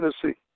Tennessee